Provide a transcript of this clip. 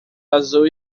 azul